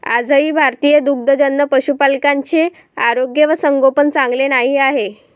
आजही भारतीय दुग्धजन्य पशुपालकांचे आरोग्य व संगोपन चांगले नाही आहे